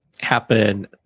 happen